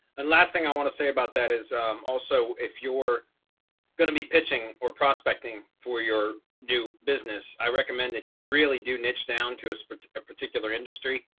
and last thing i want to say about that is also if you're going to be pitching or prospecting for your new business, i recommend that you really do niche down to a a particular industry,